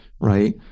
right